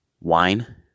wine